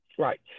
Right